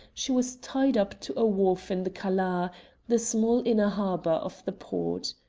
she was tied up to a wharf in the cala the small inner harbour of the port.